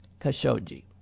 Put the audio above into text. Khashoggi